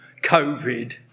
Covid